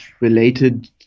related